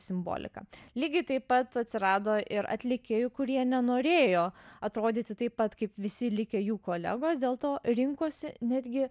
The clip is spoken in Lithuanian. simbolika lygiai taip pat atsirado ir atlikėjų kurie nenorėjo atrodyti taip pat kaip visi likę jų kolegos dėl to rinkosi netgi